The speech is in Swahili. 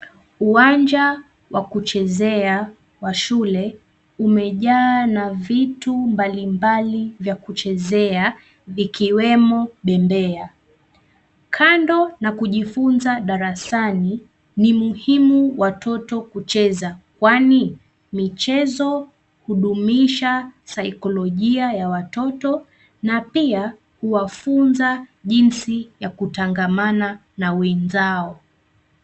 Uwanja wa kuchezea wa shule umejaa na vitu mbalimbali vya kuchezea, vikiwemo bembea. Kando na kujifunza darasani, ni muhimu watoto kucheza, kwani, michezo hudumisha saikolojia ya watoto na pia, huwafunza jinsi ya kutangamana na wenzao.